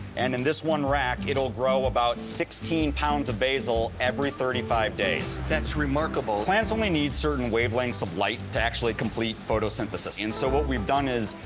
and in this one rack, it'll grow about sixteen pounds of basil every thirty five days. that's remarkable. plants only need certain wavelengths of light to actually complete photosynthesis. yeah and so what we've done is,